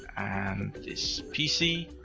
and this pc.